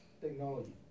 technology